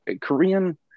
Korean